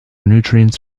nutrients